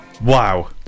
wow